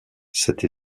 cette